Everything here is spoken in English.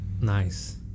Nice